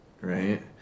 Right